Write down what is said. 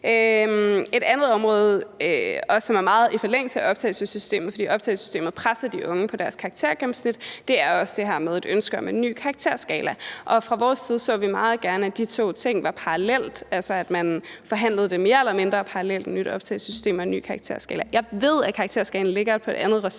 Et andet område, som er meget i forlængelse af optagelsessystemet, fordi optagelsessystemet presser de unge på deres karaktergennemsnit, er jo også det her med et ønske om en ny karakterskala, og fra vores side så vi meget gerne, at de to ting var parallelle, altså at man forhandlede et nyt optagelsessystem og en ny karakterskala mere eller mindre parallelt. Jeg ved, at karakterskalaen ligger på et andet ressort